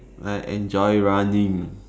I enjoy running